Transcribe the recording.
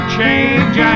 change